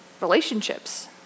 relationships